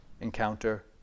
encounter